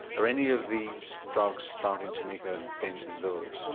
are any of these drugs starting to make a dent in those?